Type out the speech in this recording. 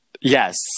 Yes